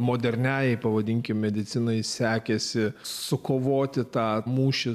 moderniajai pavadinkime medicinai sekėsi sukovoti tą mūšį